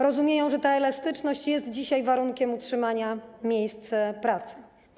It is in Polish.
Rozumieją, że ta elastyczność jest dzisiaj warunkiem utrzymania miejsc pracy.